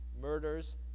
murders